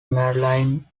maryland